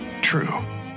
True